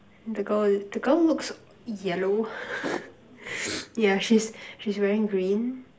the girl is the girl looks yellow yeah she she's wearing green